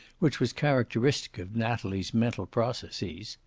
which was characteristic of natalie's mental processes.